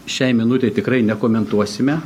šiai minutei tikrai nekomentuosime